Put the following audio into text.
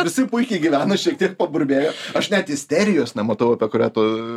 visi puikiai gyvena šiek tiek paburbėjo aš net isterijos nematau apie kurią tu